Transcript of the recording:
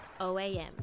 OAM